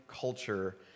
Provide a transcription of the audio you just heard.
culture